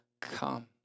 come